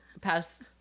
past